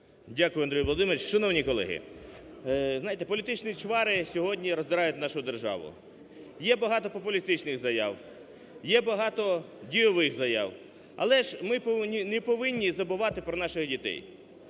Дякую, Андрій Володимирович. Шановні колеги, знаєте, політичні чвари сьогодні роздирають нашу державу. Є багато популістичних заяв, є багато ділових заяв. Але ж ми не повинні забувати про наших дітей.